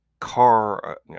car